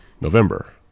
November